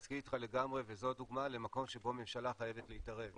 מסכים איתך לגמרי וזו הדוגמה למקום שבו ממשלה חייבת להתערב.